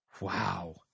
Wow